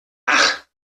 ach